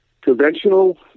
conventional